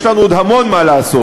יש לנו עוד המון מה לעשות,